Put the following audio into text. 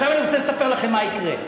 עכשיו אני רוצה לספר לכם מה יקרה.